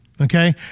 Okay